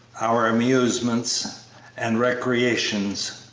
our amusements and recreations,